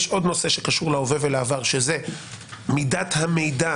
יש עוד נושא שקשור להווה ולעבר שזה מידת המידע